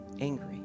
angry